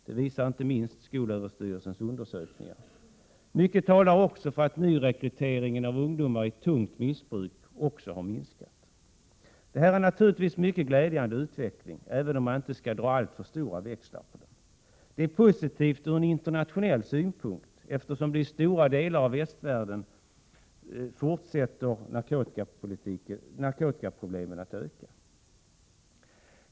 Det visar inte minst skolöverstyrelsens undersökningar. Mycket talar också för att nyrekryteringen av ungdomar när det gäller tungt missbruk har minskat. Detta är naturligtvis en mycket glädjande utveckling, även om man inte skall dra alltför stora växlar på den. Den är positiv ur internationell synpunkt, eftersom narkotikaproblemen fortsätter att öka i stora delar av västvärlden.